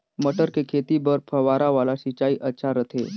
मटर के खेती बर फव्वारा वाला सिंचाई अच्छा रथे?